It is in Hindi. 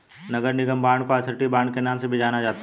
नगर निगम बांड को अथॉरिटी बांड के नाम से भी जाना जाता है